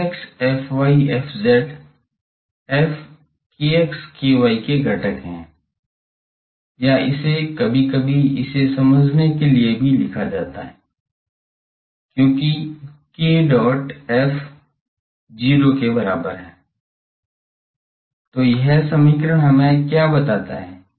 fx fy fz f के घटक हैं या इसे कभी कभी इसे समझने के लिए भी लिखा जाता है क्योंकि k dot f 0 के बराबर है तो यह समीकरण हमें क्या बताता है